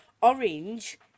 orange